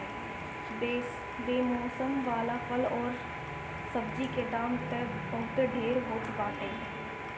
बेमौसम वाला फल अउरी सब्जी के दाम तअ बहुते ढेर होत बाटे